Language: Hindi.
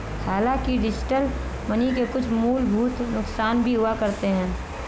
हांलाकि डिजिटल मनी के कुछ मूलभूत नुकसान भी हुआ करते हैं